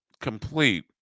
complete